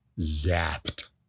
Zapped